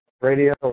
Radio